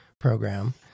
program